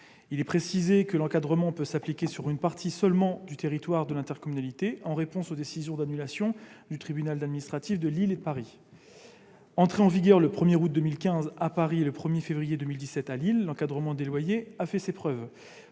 Il est précisé que l'encadrement des loyers peut s'appliquer sur une partie seulement du territoire de l'intercommunalité, en réponse aux décisions d'annulation des tribunaux administratifs de Lille et de Paris. Entré en vigueur le 1 août 2015 à Paris et le 1 février 2017 à Lille, l'encadrement des loyers a fait ses preuves.